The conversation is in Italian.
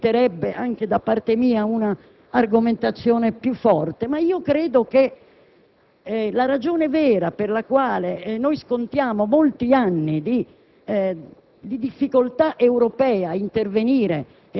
Credo che questo sia un punto che meriterebbe anche da parte mia una argomentazione più forte, ma credo che la ragione vera per la quale noi scontiamo molti anni di